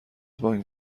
بانک